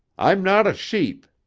i'm not a sheep!